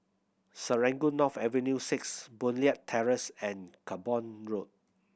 Serangoon North Avenue Six Boon Leat Terrace and Camborne Road